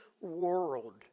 world